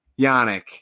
Yannick